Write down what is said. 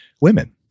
women